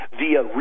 via